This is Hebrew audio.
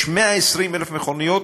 יש 120,000 מכוניות,